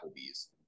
Applebee's